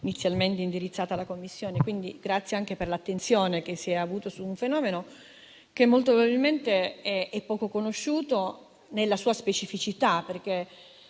inizialmente indirizzata alla Commissione. Quindi grazie per l'attenzione rivolta a un fenomeno che, molto probabilmente, è poco conosciuto nella sua specificità. Nella